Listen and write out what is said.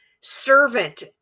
servant